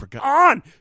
on